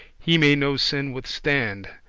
he may no sin withstand,